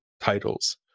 titles